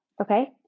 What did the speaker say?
Okay